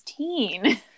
16